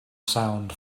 sound